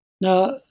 Now